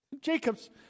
Jacob's